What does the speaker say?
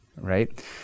right